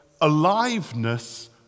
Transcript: aliveness